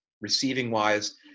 receiving-wise